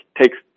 takes